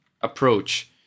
approach